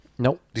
Nope